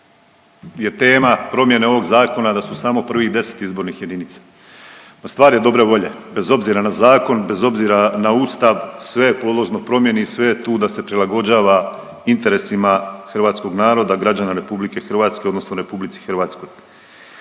je tema promjene ovog zakona, da su samo prvih 10 izbornih jedinica. A stvar je dobre volje, bez obzira na zakon, bez obzira na Ustav, sve je podložno promjeni, sve je tu da se prilagođava interesima hrvatskog naroda, građana Republike Hrvatske odnosno Republici Hrvatskoj.